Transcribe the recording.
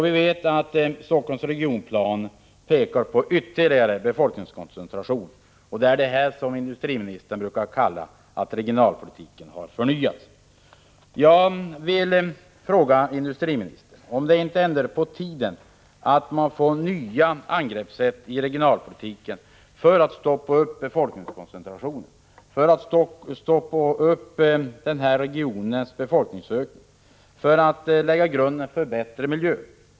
Vi vet att Helsingforss regionplan pekar på ytterligare befolkningskoncentration. Det är detta som industriministern brukar kalla att regionalpolitiken har förnyats. Jag vill fråga industriministern om det inte är på tiden att man får nya angreppssätt inom regionalpolitiken för att stoppa befolkningskoncentrationen och för att stoppa denna regions befolkningsökning, i syfte att därmed lägga grunden för en bättre miljö.